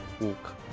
walk